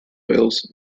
wales